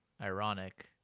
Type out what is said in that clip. ironic